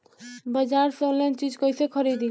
बाजार से आनलाइन चीज कैसे खरीदी?